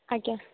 ଆଜ୍ଞା